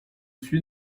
suis